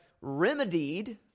remedied